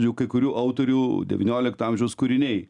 jau kai kurių autorių devyniolikto amžiaus kūriniai